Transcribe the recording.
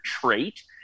trait